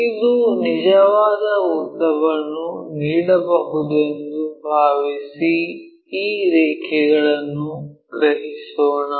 ಇದು ನಿಜವಾದ ಉದ್ದವನ್ನು ನೀಡಬಹುದೆಂದು ಭಾವಿಸಿ ಈ ರೇಖೆಗಳನ್ನು ಗ್ರಹಿಸೋಣ